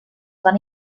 van